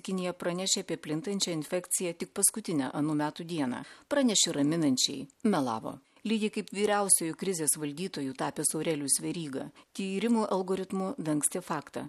kinija pranešė apie plintančią infekciją tik paskutinę anų metų dieną pranešė raminančiai melavo lygiai kaip vyriausiuoju krizės valdytoju tapęs aurelijus veryga tyrimu algoritmu dangstė faktą